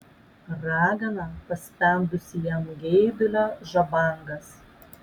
ragana paspendusi jam geidulio žabangas